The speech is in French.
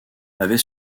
avait